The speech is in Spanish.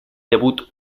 debut